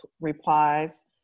replies